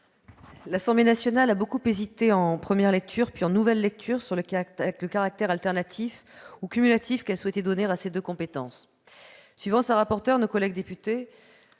L'Assemblée nationale a beaucoup hésité, en première lecture, puis en nouvelle lecture, sur le caractère alternatif ou cumulatif qu'elle souhaitait donner à ces deux compétences. Suivant la rapporteur, nos collègues députés